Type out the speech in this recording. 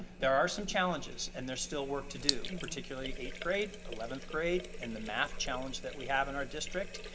there are some challenges and there's still work to do, and particularly eighth grade, eleventh grade and the math challenge that we have in our district.